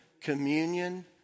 communion